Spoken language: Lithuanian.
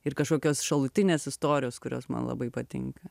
ir kažkokios šalutinės istorijos kurios man labai patinka